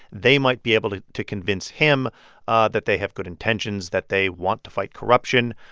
they might be able to to convince him ah that they have good intentions, that they want to fight corruption.